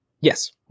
Yes